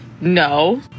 no